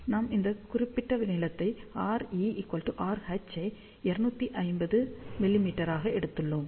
நாம் இந்த குறிப்பிட்ட நீளத்தை RE RH ஐ 250 மிமீ ஆக எடுத்துள்ளோம்